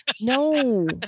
no